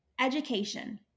Education